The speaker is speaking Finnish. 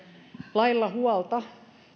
lailla huolta